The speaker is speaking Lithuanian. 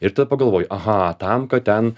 ir tada pagalvoji aha tam kad ten